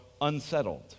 unsettled